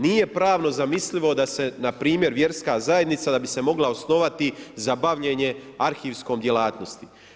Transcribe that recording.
Nije pravno zamislivo da se npr. vjerska zajednica da bi se mogla osnovati za bavljenje arhivskom djelatnosti.